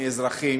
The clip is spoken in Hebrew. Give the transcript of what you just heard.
מאזרחים